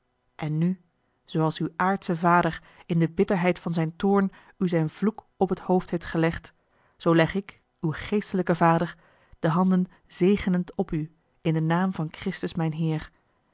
en nu zooals uw aardsche vader in de bitterheid van zijn toorn u zijn vloek op het hoofd heeft gelegd zoo leg ik uw geestelijke vader de handen zegenend op u in den naam van christus mijn heer